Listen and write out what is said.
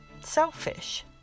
selfish